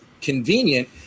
convenient